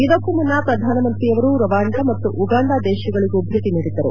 ಇದಕ್ಕೂ ಮುನ್ನ ಪ್ರಧಾನಮಂತ್ರಿಯವರು ರವಾಂಡ ಮತ್ತು ಉಗಾಂಡ ದೇಶಗಳಗೂ ಭೇಟಿ ನೀಡಿದ್ದರು